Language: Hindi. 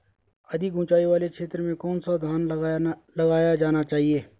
अधिक उँचाई वाले क्षेत्रों में कौन सा धान लगाया जाना चाहिए?